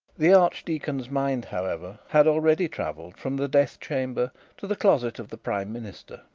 the archdeacon's mind, however, had already travelled from the death chamber to the closet of the prime minister.